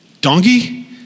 Donkey